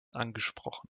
angesprochen